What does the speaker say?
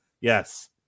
Yes